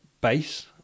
base